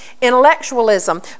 Intellectualism